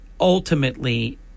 ultimately